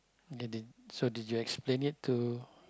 okay d~ so did you explain it to